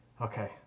okay